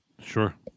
Sure